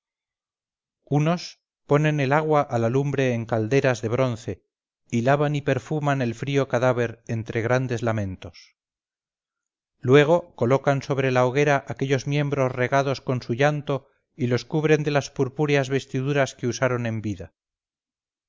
unos ponen el agua a la lumbre en calderas de bronce y lavan y perfuman el frío cadáver entre grandes lamentos luego colocan sobre la hoguera aquellos miembros regados con su llanto y los cubren de las purpúreas vestiduras que usaron en vida